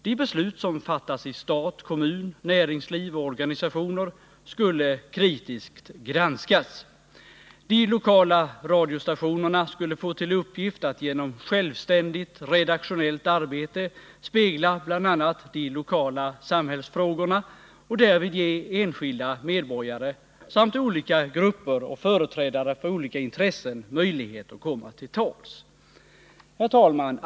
De beslut som fattas i stat, kommun, näringsliv och organisationer skulle kritiskt granskas. De lokala radiostationerna skulle få till uppgift att genom självständigt redaktionellt arbete spegla bl.a. de lokala samhällsfrågorna och därvid ge enskilda medborgare samt olika grupper och företrädare för olika intressen möjlighet att komma till tals. Herr talman!